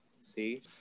See